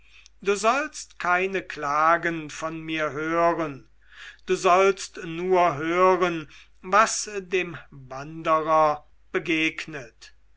du sollst keine klagen mehr von mir hören du sollst nur hören was dem wanderer begegnet